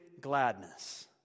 gladness